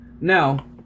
Now